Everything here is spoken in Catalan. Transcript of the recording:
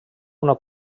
una